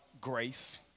Grace